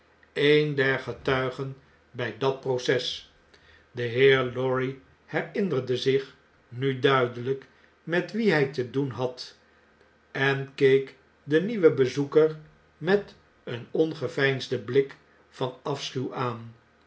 een der getuigen bg dat proces de heer lorry herinnerde zich nu duidelgk met wien hg te doen had en keek den nieuwen bezoeker met een ongeveinsden blik van afschuw aan